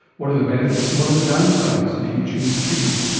what are the benefits and what are the downsides if you choose treatment?